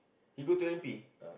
you go to M_P